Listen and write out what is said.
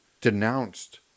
denounced